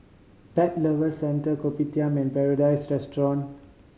Pet Lovers Centre Kopitiam and Paradise Restaurant